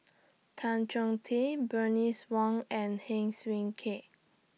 Tan Chong Tee Bernice Wong and Heng Swee Keat